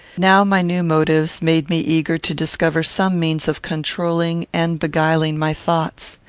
now my new motives made me eager to discover some means of controlling and beguiling my thoughts.